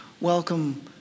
welcome